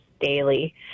daily